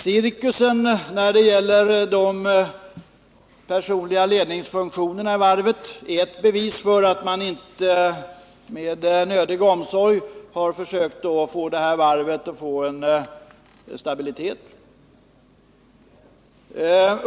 Cirkusen när det gäller de personliga ledningsfunktionerna i varvet är ett bevis för att man inte med nödig omsorg försökt ge varvet stabilitet.